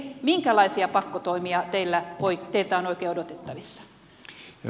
minkälaisia pakkotoimia teiltä on oikein odotettavissa